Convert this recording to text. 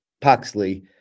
paxley